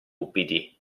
ubbidì